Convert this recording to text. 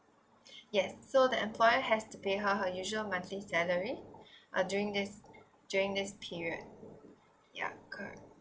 yes so the employer have to pay her her usual monthly salary uh during this during this period ya correct